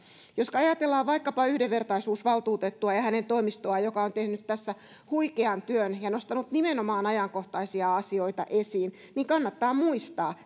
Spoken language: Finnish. jos ajatellaan vaikkapa yhdenvertaisuusvaltuutettua ja hänen toimistoaan joka on tehnyt tässä huikean työn ja nostanut nimenomaan ajankohtaisia asioita esiin niin kannattaa muistaa